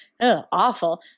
Awful